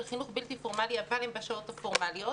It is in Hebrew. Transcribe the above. חינוך בלתי פורמלי אבל הם בשעות הפורמליות,